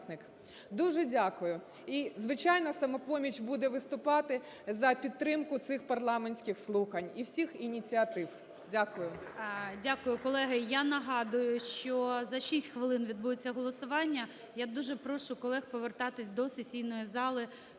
Дуже дякую. І звичайно, "Самопоміч" буде виступати за підтримку цих парламентських слухань і всіх ініціатив. Дякую. ГОЛОВУЮЧИЙ. Дякую. Колеги, я нагадую, що за 6 хвилин відбудеться голосування. Я дуже прошу колег повертатися до сесійної зали,